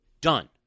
Done